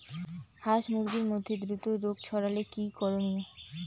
হাস মুরগির মধ্যে দ্রুত রোগ ছড়ালে কি করণীয়?